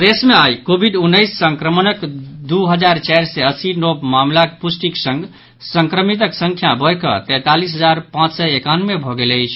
प्रदेश मे आई कोविड उनैस संक्रमणक दू हजार चारि सय अस्सी नव मामिलाक पुष्टिक संग संक्रमितक संख्या बढ़ि कऽ तैंतालिस हजार पांच सय एकानवे भऽ गेल अछि